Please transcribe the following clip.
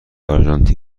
آرژانتین